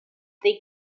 they